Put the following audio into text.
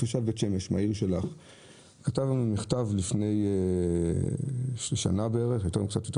תושב בית שמש כתב לנו מכתב לפני קצת יותר משנה: